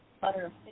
Butter